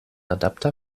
adapter